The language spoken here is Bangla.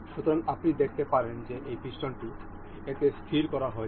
সুতরাং আপনি দেখতে পারেন যে এই পিস্টনটি এতে স্থির করা হয়েছে